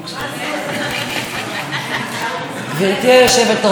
24 דוברים, אבל כמחציתם לא נמצאים פה.